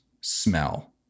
smell